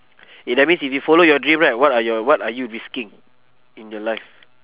eh that means if you follow your dream right what are your what are you risking in your life